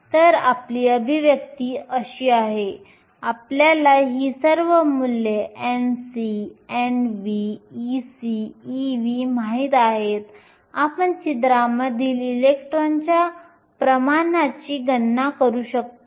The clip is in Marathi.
तर आपली अभिव्यक्ती अशी आहे आपल्याला ही सर्व मूल्ये Nc Nv Ec Ev माहित आहेत आपण छिद्रांमधील इलेक्ट्रॉनच्या प्रमाणाची गणना करू शकतो